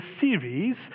series